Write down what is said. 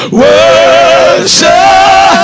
worship